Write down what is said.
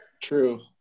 True